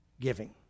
giving